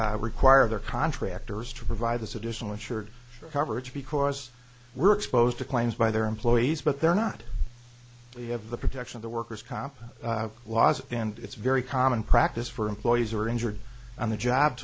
to require their contractors to provide this additional insured coverage because we're exposed to claims by their employees but they're not we have the protection of the workers comp laws and it's very common practice for employees are injured on the job